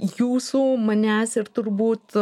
jūsų manęs ir turbūt